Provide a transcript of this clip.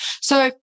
So-